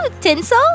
Tinsel